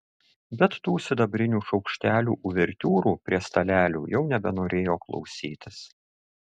bet tų sidabrinių šaukštelių uvertiūrų prie stalelių jau nebenorėjo klausytis